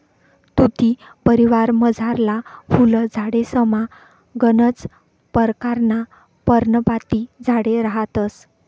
तुती परिवारमझारला फुल झाडेसमा गनच परकारना पर्णपाती झाडे रहातंस